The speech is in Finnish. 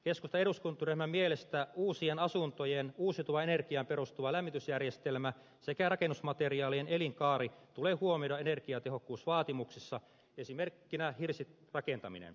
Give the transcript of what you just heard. keskustan eduskuntaryhmän mielestä uusien asuntojen uusiutuvaan energiaan perustuva lämmitysjärjestelmä sekä rakennusmateriaalin elinkaari tulee huomioida energiatehokkuusvaatimuksissa esimerkkinä hirsirakentaminen